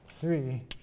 three